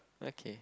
okay